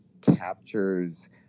captures